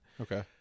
Okay